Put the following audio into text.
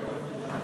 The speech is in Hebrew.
למי שקודם שאל,